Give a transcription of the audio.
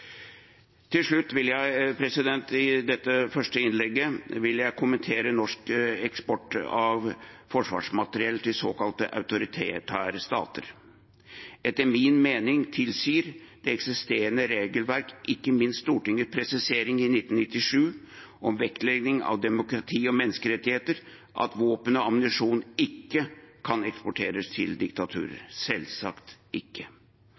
Til slutt vil jeg i dette første innlegget kommentere norsk eksport av forsvarsmateriell til såkalte autoritære stater. Etter min mening tilsier det eksisterende regelverk, ikke minst Stortingets presisering i 1997 om vektlegging av demokrati og menneskerettigheter, at våpen og ammunisjon ikke kan eksporteres til diktaturer – selvsagt ikke.